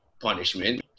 punishment